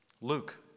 Luke